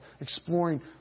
exploring